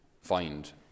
find